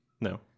No